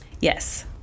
Yes